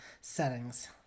settings